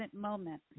moment